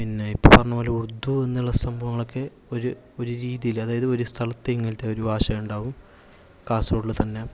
പിന്നെ ഇപ്പം പറഞ്ഞ പോലെ ഉറുദു എന്നുള്ള സംഭവങ്ങളൊക്കെ ഒരു ഒരു രീതിയിൽ അതായത് ഒരു സ്ഥലത്ത് ഇങ്ങനത്തെ ഒരു ഭാഷ ഉണ്ടാകും കാസർഗോഡിലെ തന്നെ